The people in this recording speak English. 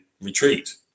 retreat